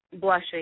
Blushing